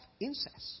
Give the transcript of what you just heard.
incest